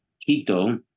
quito